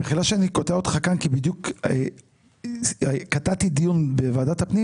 מחילה שאני קוטע אותך כאן כי בדיוק קטעתי דיון בוועדת הפנים,